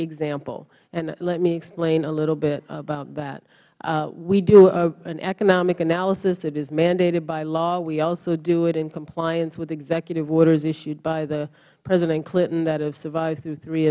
example let me explain a little bit about that we do an economic analysis if it is mandated by law we also do it in compliance with executive orders issued by the president clinton that have survived through three